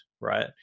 right